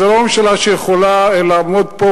זו לא ממשלה שיכולה לעמוד פה,